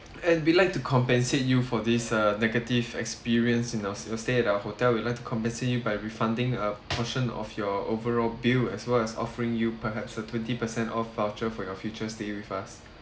and we like to compensate you for this uh negative experience you know you stayed at our hotel we'd like to compensate you by refunding a portion of your overall bill as well as offering you perhaps a twenty per cent off voucher for your future stay with us